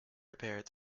repaired